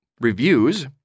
reviews